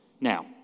Now